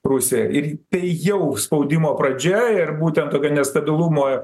prūsija ir tai jau spaudimo pradžia ir būtent tokia nestabilumo